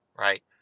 Right